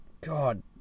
God